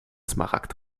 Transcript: smaragd